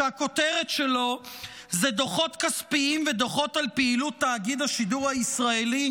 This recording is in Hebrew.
שהכותרת שלו היא "דוחות כספיים ודוחות על פעילות תאגיד השידור הישראלי"?